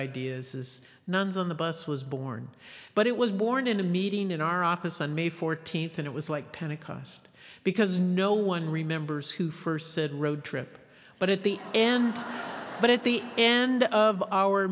ideas is nuns on the bus was born but it was born in a meeting in our office on may fourteenth and it was like pentecost because no one remembers who first said road trip but at the end but at the end of our